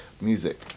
music